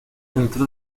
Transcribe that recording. entró